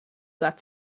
got